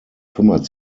kümmert